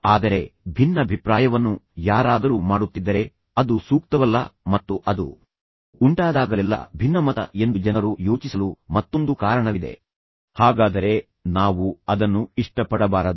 ಆದರೆ ಭಿನ್ನಾಭಿಪ್ರಾಯವನ್ನು ಯಾರಾದರೂ ಮಾಡುತ್ತಿದ್ದರೆ ಅದು ಸೂಕ್ತವಲ್ಲ ಮತ್ತು ಅದು ಸಂಘರ್ಷ ಉಂಟಾದಾಗಲೆಲ್ಲಾ ಅದು ಭಿನ್ನಾಭಿಪ್ರಾಯ ಮತ್ತು ಭಿನ್ನಮತ ಎಂದು ಜನರು ಯೋಚಿಸಲು ಮತ್ತೊಂದು ಕಾರಣವಿದೆ ಹಾಗಾದರೆ ನಾವು ಅದನ್ನು ಇಷ್ಟಪಡಬಾರದು